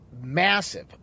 massive